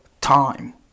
time